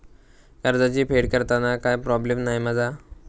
कर्जाची फेड करताना काय प्रोब्लेम नाय मा जा?